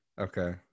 Okay